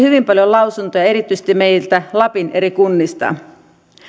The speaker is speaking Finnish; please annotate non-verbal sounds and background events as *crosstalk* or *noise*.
*unintelligible* hyvin paljon lausuntoja erityisesti meiltä lapin eri kunnista